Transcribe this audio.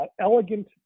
Elegant